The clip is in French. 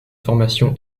formation